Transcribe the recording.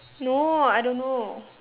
no I don't know